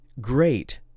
great